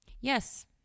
Yes